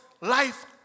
life